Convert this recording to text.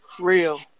Real